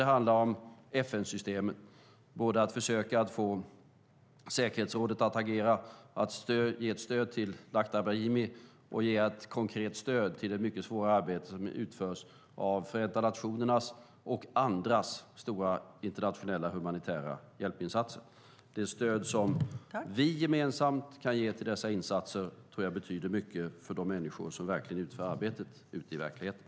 Det handlar också om FN-systemet, att försöka att få säkerhetsrådet att agera, att ge ett stöd till Lakhdar Brahimi och ge ett konkret stöd i det mycket svåra arbete som nu utförs av Förenta nationernas och andras stora internationella humanitära hjälpinsatser. Det stöd som vi gemensamt kan ge till dessa insatser tror jag betyder mycket för de människor som utför arbetet ute i verkligheten.